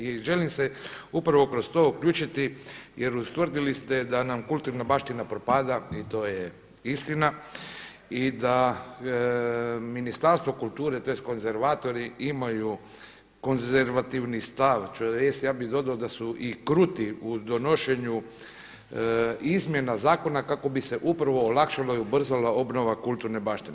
I želim se upravo kroz to uključiti jer ustvrdili ste da nam kulturna baština propada i to je istina i da Ministarstvo kulture, tj. konzervatori imaju konzervativni stav, tj. ja bih dodao da su i kruti u donošenja izmjena zakona kako bi se upravo olakšala i ubrzala obnova kulturne baštine.